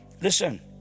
Listen